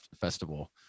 festival